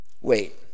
Wait